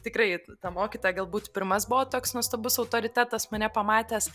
tikrai ta mokytoja galbūt pirmas buvo toks nuostabus autoritetas mane pamatęs